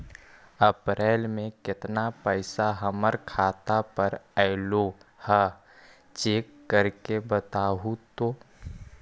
अप्रैल में केतना पैसा हमर खाता पर अएलो है चेक कर के बताहू तो?